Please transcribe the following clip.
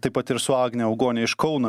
taip pat ir su agne augone iš kauno